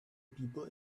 people